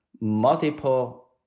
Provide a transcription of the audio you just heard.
multiple